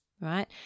right